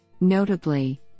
Notably